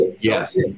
yes